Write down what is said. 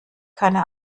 keine